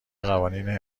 قوانین